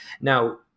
Now